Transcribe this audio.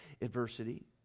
adversity